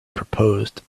proposed